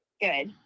good